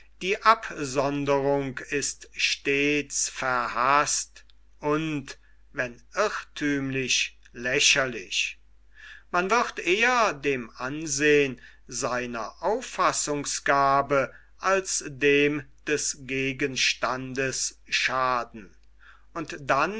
die absonderung ist stets verhaßt und wenn irrthümlich lächerlich man wird eher dem ansehn seiner auffassungsgabe als dem des gegenstandes schaden und dann